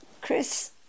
Chris